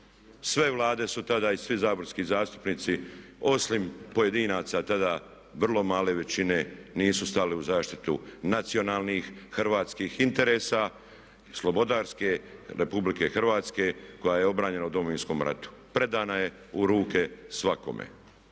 Sve vlade su tada i svi saborski zastupnici osim pojedinaca tada vrlo male većine nisu stali u zaštitu nacionalnih hrvatskih interesa slobodarske Republike Hrvatske koja je obranjena u Domovinskom ratu. Predana je u ruke svakome,